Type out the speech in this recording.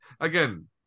again